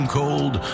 cold